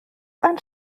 ein